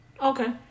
Okay